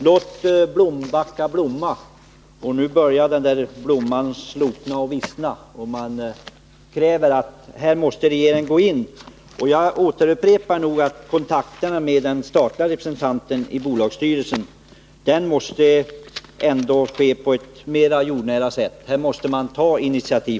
Låt Blombacka blomma — nu börjar blomman sloka och vissna. Man kräver nu att regeringen måste gå in här. Jag upprepar att kontakterna med den statliga representanten i bolagsstyrelsen måste ske på ett mera jordnära sätt och att regeringen måste ta initiativ.